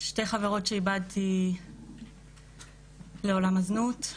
שתי חברות שאיבדתי לעולם הזנות,